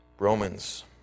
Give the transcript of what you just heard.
Romans